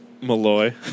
Malloy